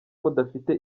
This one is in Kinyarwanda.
mudafite